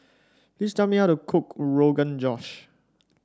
please tell me how to cook Rogan Josh